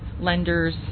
lenders